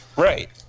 Right